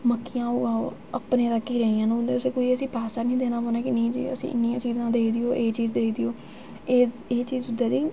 मक्कियां उगाओ अपने तक ई रेहियां कोई असें ई पैसा निं देना पौना कि नेईं जी असें इ'न्नियां चीज़ां देई देओ एह् चीज़ देई देओ एह् एह् चीज़